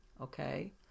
Okay